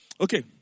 Okay